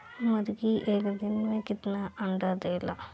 मुर्गी एक दिन मे कितना अंडा देला?